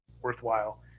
worthwhile